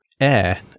air